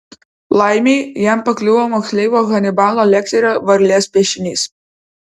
laimei jam pakliuvo moksleivio hanibalo lekterio varlės piešinys